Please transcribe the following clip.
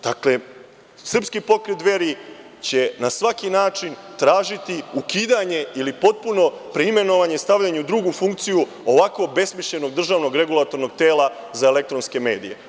Dakle, Srpski pokret Dveri će na svaki način tražiti ukidanje ili potpuno preimenovanje stavljanja u drugu funkciju ovako obesmišljenog državnog Regulatornog tela za elektronske medije.